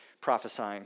prophesying